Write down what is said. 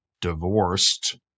divorced